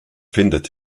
findet